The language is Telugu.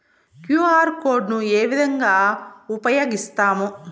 క్యు.ఆర్ కోడ్ ను ఏ విధంగా ఉపయగిస్తాము?